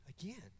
again